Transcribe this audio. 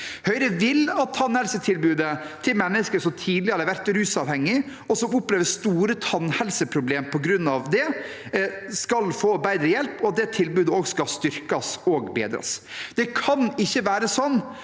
Høyre vil at tannhelsetilbudet til mennesker som tidligere har vært rusavhengige og opplever store tannhelseproblemer på grunn av det, skal få bedre hjelp, og at det tilbudet skal styrkes og bedres. Det kan ikke være sånn at